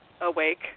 awake